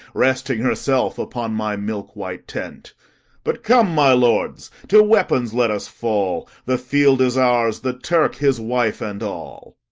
resting herself upon my milk-white tent but come, my lords, to weapons let us fall the field is ours, the turk, his wife, and all.